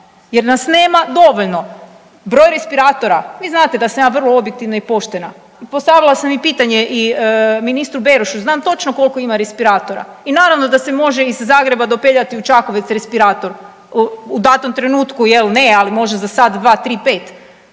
jer nas nema dovoljno. Broj respiratora, vi znate da sam ja vrlo objektivna i poštena, postavila sam i pitanje i ministru Berošu i znam točno koliko ima respiratora i naravno da se može iz Zagreba dopeljati u Čakovec respirator u datom trenutku jel ne, ali može za sat, dva, tri, pet,